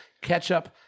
ketchup